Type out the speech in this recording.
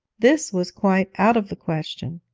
this was quite out of the question,